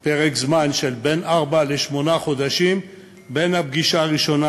פרק זמן של בין ארבעה לשמונה חודשים בין הפגישה הראשונה